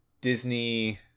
Disney